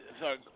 Sorry